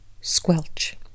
Squelch